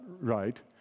right